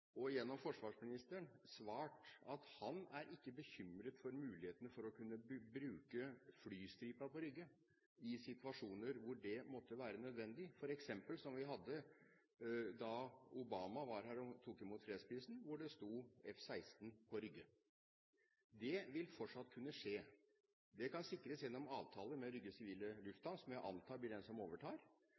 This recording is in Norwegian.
– gjennom forsvarsministeren – svart at han ikke er bekymret for muligheten til å kunne bruke flystripa på Rygge i situasjoner hvor det måtte være nødvendig, f.eks. som da Obama var her og tok imot fredsprisen, og F-16 sto på Rygge. Det vil fortsatt kunne skje. Det kan sikres gjennom avtale med Rygge sivile lufthavn, som jeg antar blir den som overtar.